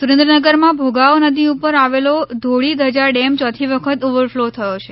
સુરેન્દ્રનગરમાં ભોગાવો નદી ઉપર આવેલો ધોળી ધજા ડેમ ચોથી વખત ઓવરફ્લો થયો છે